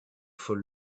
for